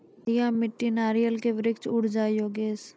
पहाड़िया मिट्टी नारियल के वृक्ष उड़ जाय योगेश?